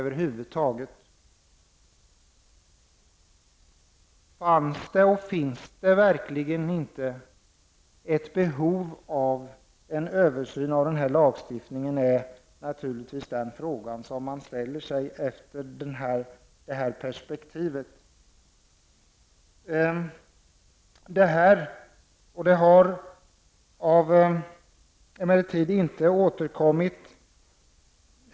Fanns det och finns det verkligen inte ett behov av den här lagstiftningen, är naturligtvis den fråga som man ställer sig mot den bakgrunden.